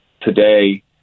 today